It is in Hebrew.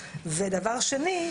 ודבר שני,